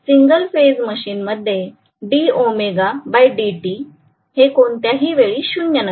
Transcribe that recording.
single phase machine मध्ये हे कोणत्याही वेळी शुन्य नसेल